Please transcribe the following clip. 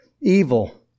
evil